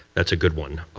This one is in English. that's a good one.